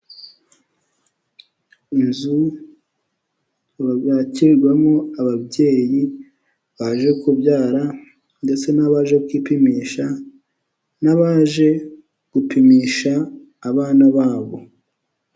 Inzu yakirwamo ababyeyi baje kubyara ndetse n'abaje kwipimisha, n'abaje gupimisha abana babo.